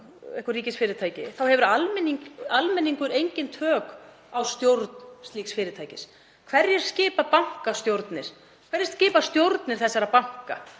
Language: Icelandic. eitthvert ríkisfyrirtæki hefur almenningur engin tök á stjórn slíks fyrirtækis. Hverjir skipa bankastjórnir? Hverjir skipa stjórnir þessara banka?